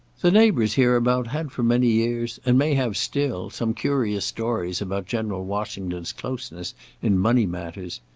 the neighbours hereabout had for many years, and may have still, some curious stories about general washington's closeness in money matters.